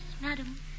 madam